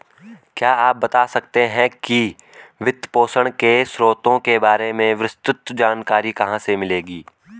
क्या आप बता सकते है कि वित्तपोषण के स्रोतों के बारे में विस्तृत जानकारी कहाँ से मिलेगी?